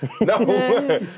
No